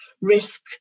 risk